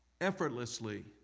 effortlessly